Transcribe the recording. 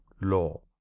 law